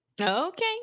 Okay